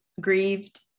grieved